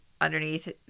Underneath